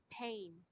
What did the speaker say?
pain